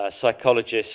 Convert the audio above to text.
psychologists